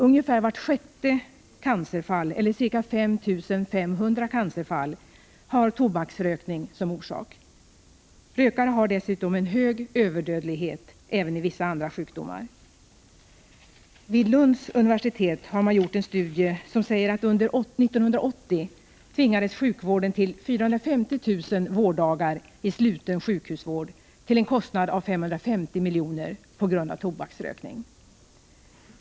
Ungefär vart sjätte cancerfall — ca 5 500 fall — har tobaksrökning som orsak. Rökare har dessutom en hög överdödlighet även i vissa andra sjukdomar. Vid Lunds universitet har man gjort en studie som säger att tobaksrökningen 1980 belastade sjukvården med 450 000 vårddagar i sluten sjukhusvård till en kostnad av 550 milj.kr.